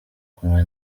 kumwe